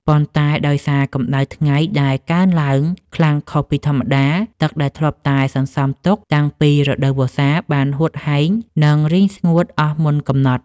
ប៉ុន្តែដោយសារកម្ដៅថ្ងៃដែលកើនឡើងខ្លាំងខុសពីធម្មតា ទឹកដែលធ្លាប់តែសន្សំទុកតាំងពីរដូវវស្សា បានហួតហែង និងរីងស្ងួតអស់មុនកំណត់។